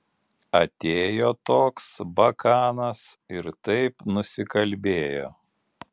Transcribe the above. atėjo toks bakanas ir taip nusikalbėjo